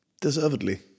deservedly